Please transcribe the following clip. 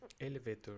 elevator